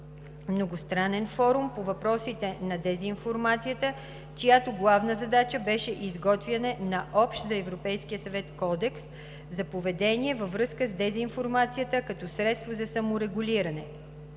многостранен форум по въпросите на дезинформацията, чиято главна задача беше изготвяне на общ за Европейския съюз Кодекс за поведение във връзка с дезинформацията като средство за саморегулиране.